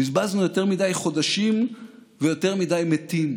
בזבזנו יותר מדי חודשים ויותר מדי מתים.